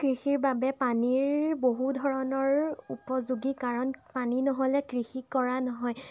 কৃষিৰ বাবে পানীৰ বহু ধৰণৰ উপযোগী কাৰণ পানী নহ'লে কৃষি কৰা নহয়